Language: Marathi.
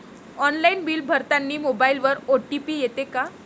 ऑनलाईन बिल भरतानी मोबाईलवर ओ.टी.पी येते का?